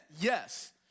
yes